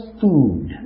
food